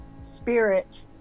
spirit